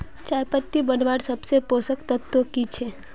चयपत्ति बढ़वार सबसे पोषक तत्व की छे?